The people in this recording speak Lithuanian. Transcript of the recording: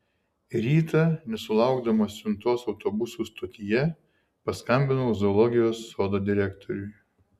rytą nesulaukdamas siuntos autobusų stotyje paskambinau zoologijos sodo direktoriui